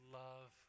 love